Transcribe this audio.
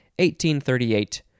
1838